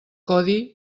codi